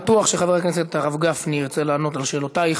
אני בטוח שחבר הכנסת הרב גפני ירצה לענות על שאלותייך.